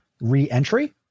re-entry